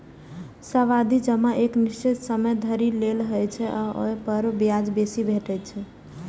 सावधि जमा एक निश्चित समय धरि लेल होइ छै आ ओइ पर ब्याज बेसी भेटै छै